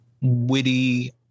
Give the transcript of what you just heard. witty